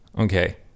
Okay